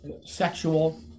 sexual